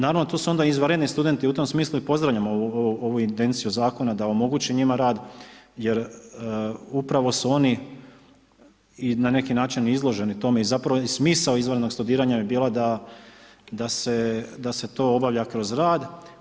Naravno tu su onda i izvanredni studenti i u tom smislu, pozdravljam ovu intenciju zakona da omogući njima rad, jer upravo su oni i na neki način izloženi tome i zapravo i smisao izvanrednog studiranja bi bila, da se to obavlja kroz rad.